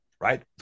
right